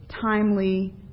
timely